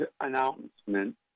announcement